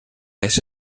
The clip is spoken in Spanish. ese